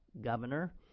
governor